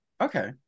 Okay